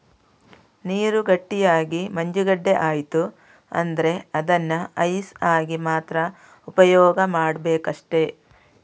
ನೀರು ಗಟ್ಟಿಯಾಗಿ ಮಂಜುಗಡ್ಡೆ ಆಯ್ತು ಅಂದ್ರೆ ಅದನ್ನ ಐಸ್ ಆಗಿ ಮಾತ್ರ ಉಪಯೋಗ ಮಾಡ್ಬೇಕಷ್ಟೆ